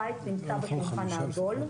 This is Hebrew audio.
הפיס היה נוכח בשולחן העגול,